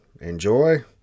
enjoy